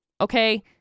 Okay